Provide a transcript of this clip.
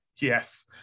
Yes